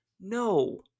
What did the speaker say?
No